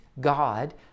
God